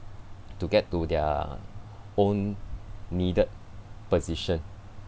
to get to their own needed position